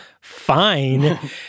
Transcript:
fine